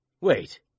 Wait